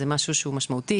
זה משהו שהוא משמעותי.